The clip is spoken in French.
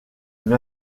une